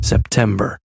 September